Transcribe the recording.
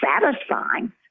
satisfying